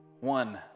one